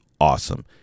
awesome